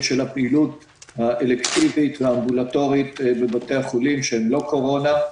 של הפעילות האלקטיבית והאמבולטורית בבתי החולים שהם לא קורונה,